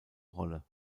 rolle